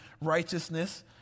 righteousness